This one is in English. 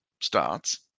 starts